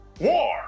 War